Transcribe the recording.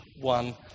one